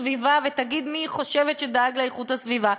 הסביבה ותגיד מי היא חושבת שדאג לאיכות הסביבה,